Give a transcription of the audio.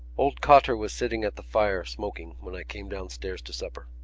old cotter was sitting at the fire, smoking, when i came downstairs to supper.